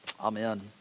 Amen